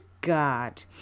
God